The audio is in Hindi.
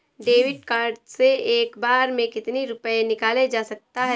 डेविड कार्ड से एक बार में कितनी रूपए निकाले जा सकता है?